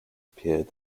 appeared